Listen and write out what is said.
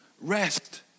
rest